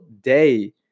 day